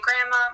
grandma